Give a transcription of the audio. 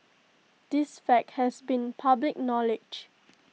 this fact has been public knowledge